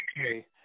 Okay